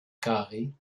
carré